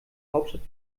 hauptstadt